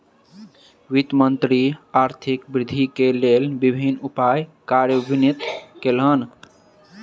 वित्त मंत्री आर्थिक वृद्धि के लेल विभिन्न उपाय कार्यान्वित कयलैन